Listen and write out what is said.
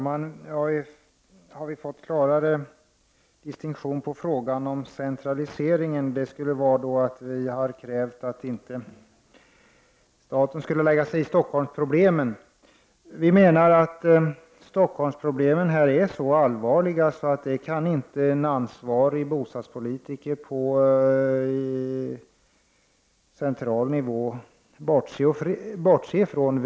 Herr talman! Vi har en fått en klarare distinktion på ordet centralisering. Den tycks vara att vi har krävt att staten inte skall lägga sig i Stockholmsproblemen. Vi anser att problemen här är så allvarliga att en ansvarig bostadspolitiker på central nivå inte kan bortse från dem.